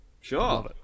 Sure